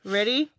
Ready